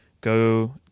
go